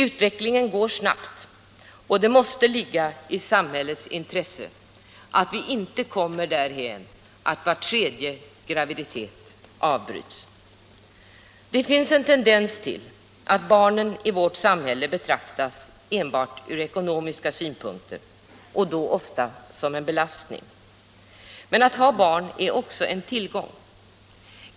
Utvecklingen går snabbt, och det måste ligga i samhällets intresse att vi inte kommer dithän att var tredje graviditet avbryts. Det finns en tendens till att barnen i vårt samhälle betraktas enbart ur ekonomiska synpunkter, och då ofta som en belastning. Men att ha barn är också en tillgång.